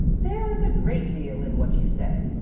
there is a great deal in what you say,